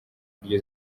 iryo